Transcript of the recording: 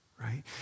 right